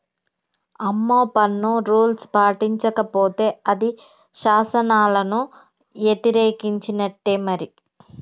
అమ్మో పన్ను రూల్స్ పాటించకపోతే అది శాసనాలను యతిరేకించినట్టే మరి